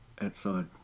outside